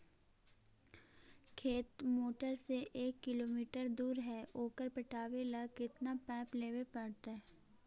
खेत मोटर से एक किलोमीटर दूर है ओकर पटाबे ल केतना पाइप लेबे पड़तै?